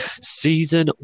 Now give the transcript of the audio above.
season